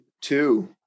two